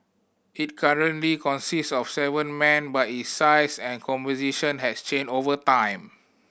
it currently consist of seven men but its size and composition has changed over time